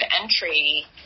entry –